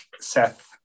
Seth